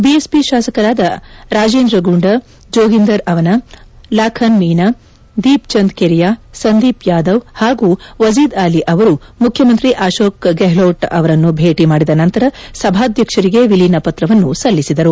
BSP ಶಾಸಕರಾದ ರಾಜೇಂದ್ರ ಗುಂಡಾ ಜೋಗೀಂದರ್ ಅವನ ಲಾಖನ್ ಮೀನಾ ದೀಪ್ಚಂದ್ ಕೆರಿಯಾ ಸಂದೀಪ್ ಯಾದವ್ ಹಾಗೂ ವಜೀದ್ ಅಲಿ ಅವರು ಮುಖ್ಯಮಂತ್ರಿ ಅಶೋಕ್ ಗೆಹ್ಲೋಟ್ ಅವರನ್ನು ಭೇಟಿ ಮಾದಿದ ನಂತರ ಸಭಾಧ್ಯಕ್ಷರಿಗೆ ವಿಲೀನ ಪತ್ರವನ್ನು ಸಲ್ಲಿಸಿದರು